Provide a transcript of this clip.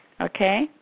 okay